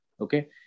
Okay